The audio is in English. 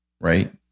right